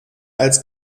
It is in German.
als